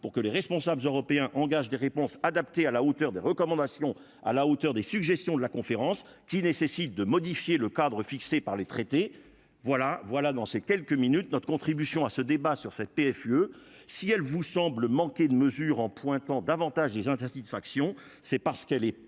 pour que les responsables européens engagent des réponses adaptées à la hauteur des recommandations à la hauteur des suggestions de la conférence, qui nécessite de modifier le cadre fixé par les traités, voilà, voilà, dans ces quelques minutes, notre contribution à ce débat sur cette PFUE si elle vous semble manquer de mesures en pointant davantage des insatisfactions, c'est parce qu'elle est